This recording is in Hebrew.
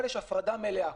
אבל יש הפרדה מלאה,